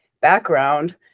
background